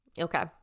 Okay